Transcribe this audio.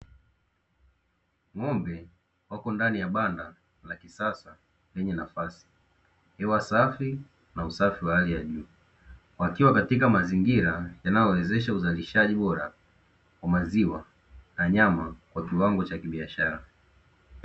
Ng'ombe wako ndani ya banda la kisasa lenye nafasi, hewa safi na usafi wa hali ya juu. Wakiwa katika mazingira yanayowawezesha uzalishaji bora wa maziwa na nyama kwa kiwango cha kibiashara.